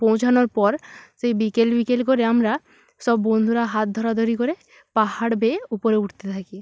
পৌঁছানোর পর সেই বিকেল বিকেল করে আমরা সব বন্ধুরা হাত ধরাধরি করে পাহাড় বেয়ে উপরে উঠতে থাকি